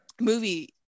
movie